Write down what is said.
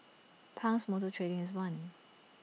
Pang's motor trading is one